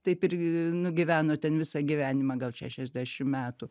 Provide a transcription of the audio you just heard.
taip ir nugyveno ten visą gyvenimą gal šešiasdešim metų